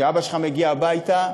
שאבא שלך מגיע הביתה,